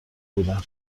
بودن